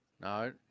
No